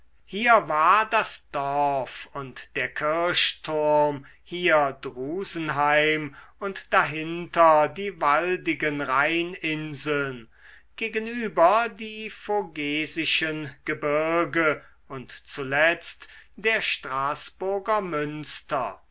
hier war das dorf und der kirchturm hier drusenheim und dahinter die waldigen rheininseln gegenüber die vogesischen gebirge und zuletzt der straßburger münster